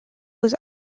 was